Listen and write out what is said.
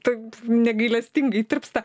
taip negailestingai tirpsta